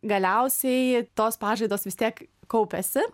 galiausiai tos pažaidos vis tiek kaupiasi